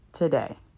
Today